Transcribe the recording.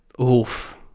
Oof